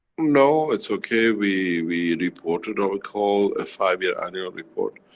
no it's okay, we, we reported or we call, a five year annual report.